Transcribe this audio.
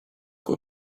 kui